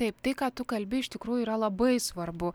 taip tai ką tu kalbi iš tikrųjų yra labai svarbu